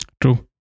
True